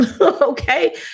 okay